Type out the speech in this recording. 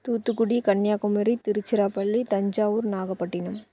Thoothukudi Kanyakumari Tiruchirappalli Thanjavur Nagapattinam